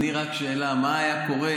אני רק שאלה, ברשותך: מה היה קורה,